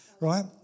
Right